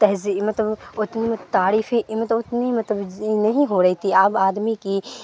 تہذی مطلب اتنی تعریفیں مطلب اتنی مطلب نہیں ہو رہی تھی اب آدمی کی